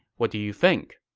what do you think?